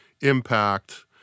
impact